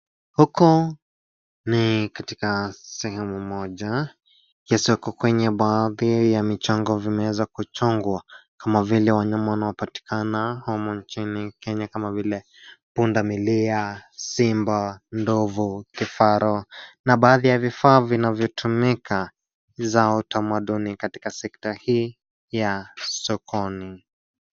Huku ni katika sehemu moja, ni soko. Kwenye baadhi ya michango, vimeweza kuchongwa kama vile wanyama wanaopatikana humu nchini Kenya, kama vile punda milia, simba, ndovu, kifaru, na baadhi ya vifaa vinavyotumika za utamaduni katika sekta hii ya sokoni.